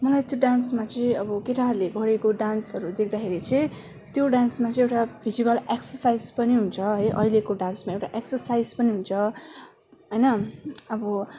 मलाई त्यो डान्समा चाहिँ अब केटाहरूले गरेको डान्सहरू देख्दाखेरि चाहिँ त्यो डान्समा चाहिँ फिजिकल एकसरसाइज पनि हुन्छ है अहिलेको डान्समा एउटा एकसरसाइज पनि हुन्छ होइन अब